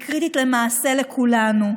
היא קריטית למעשה לכולנו.